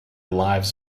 lives